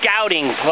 scouting